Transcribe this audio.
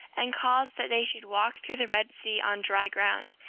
and caused that they should walk through the red sea on dry ground,